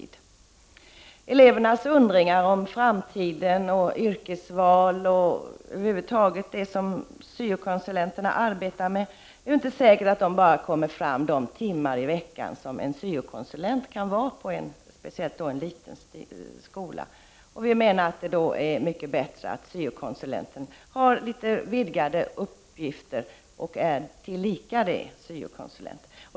När det gäller elevernas funderingar om framtiden, om yrkesval och över huvud taget det som syokonsulenterna arbetar med, är det inte säkert att dessa funderingar kommer fram bara under de timmar i veckan då en syokonsulent kan vara på en liten skola. Vi menar att det då är mycket bättre att syokonsulenten har vidgade uppgifter — och tillika är syokonsulent.